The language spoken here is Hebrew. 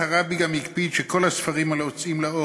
הרבי גם הקפיד שכל הספרים היוצאים לאור